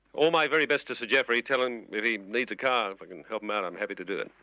all my very best to sir geoffrey. tell him if he needs a car, if i can help him out, i'm happy to do it.